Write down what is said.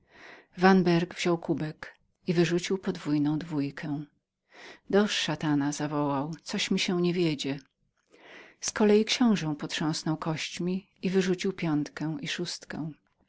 vanberg wziął kubek i wyrzucił podwójną dwójkę do szatana zawołał coś mi się nie wiedzie z kolei książe potrząsł kościami i wyrzucił piątkę i szóstkę